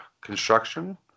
construction